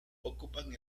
ocupan